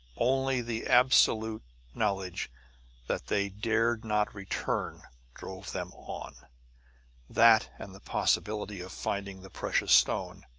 only the absolute knowledge that they dared not return drove them on that, and the possibility of finding the precious stone,